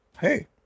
hey